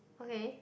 okay